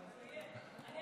עברה